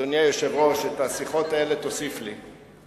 אדוני היושב-ראש, את השיחות האלה תוסיף לי.